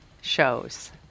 shows